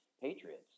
patriots